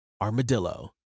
Armadillo